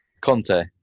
Conte